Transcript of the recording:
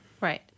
Right